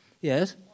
Yes